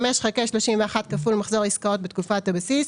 חמש חלקי שלושים ואחת כפול מחזור עסקאות בתקופת הבסיס,